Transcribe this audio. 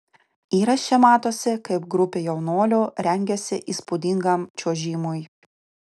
įraše matosi kaip grupė jaunuolių rengiasi įspūdingam čiuožimui